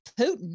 putin